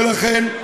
ולכן,